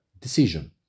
decision